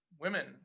women